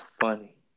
funny